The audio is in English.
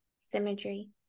symmetry